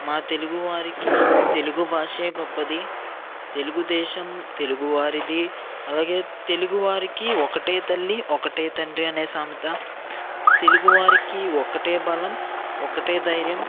మా తెలుగువారికి తెలుగు భాషే గొప్పది తెలుగుదేశం తెలుగువారిది అలాగే తెలుగు వారికి ఒకటే తల్లి ఒకటే తండ్రి అనే సామెత తెలుగువారికి ఒకటే బలం ఒకటే ధైర్యం